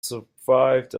survived